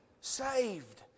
saved